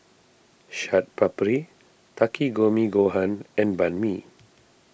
Chaat Papri Takikomi Gohan and Banh Mi